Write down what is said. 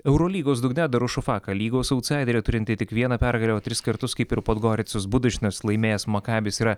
eurolygos dugne darušufaka lygos autsaiderė turinti tik vieną pergalę o tris kartus kaip ir podgoricos budučnost laimėjęs makabis yra